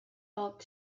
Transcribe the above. poc